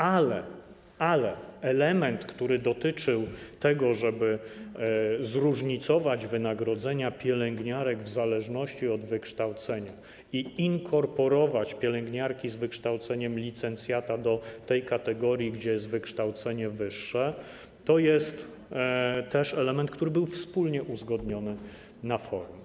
Ale element, który dotyczył tego, żeby zróżnicować wynagrodzenia pielęgniarek w zależności od wykształcenia i inkorporować pielęgniarki z wykształceniem licencjata do tej kategorii, gdzie jest wykształcenie wyższe, to jest też element, który był wspólnie uzgodniony na forum.